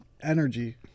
energy